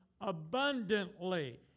abundantly